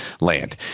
land